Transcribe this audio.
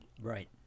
Right